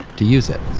to use it